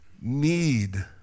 need